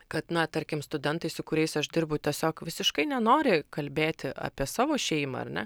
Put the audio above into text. kad na tarkim studentai su kuriais aš dirbu tiesiog visiškai nenori kalbėti apie savo šeimą ar ne